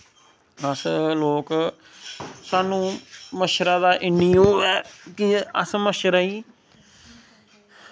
अस लोक साह्नू मच्छरा दा इन्नी ओह् ऐ कि अस मच्छरा गी